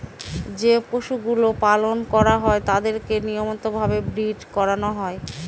যে পশুগুলো পালন করা হয় তাদেরকে নিয়মিত ভাবে ব্রীড করানো হয়